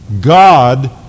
God